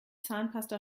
zahnpasta